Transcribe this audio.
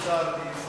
יחס חוב תוצר בישראל